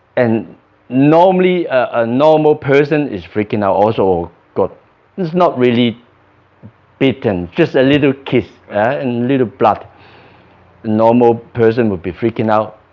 and normally a normal person is freaking out also. oh god, it's not really bitten just a little kiss and little blood normal person would be freaking out.